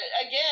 again